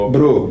Bro